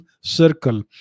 circle